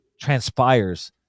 transpires